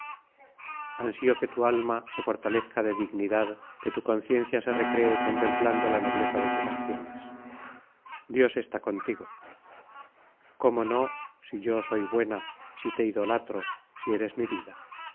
triunfante ansío que tu alma se fortalezca de dignidad que tu conciencia se recree contemplando la nobleza de tus acciones dios está contigo cómo no si yo soy buena si te idolatro si eres mi vida